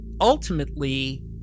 ultimately